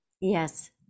Yes